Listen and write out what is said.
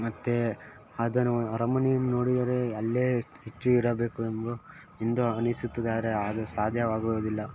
ಮತ್ತು ಅದನ್ನು ಅರಮನೆಯನ್ನು ನೋಡಿದರೆ ಅಲ್ಲೇ ಹೆಚ್ಚು ಇರಬೇಕು ಎಂಬು ಎಂದು ಅನಿಸುತ್ತದೆ ಆದರೆ ಸಾಧ್ಯವಾಗುವುದಿಲ್ಲ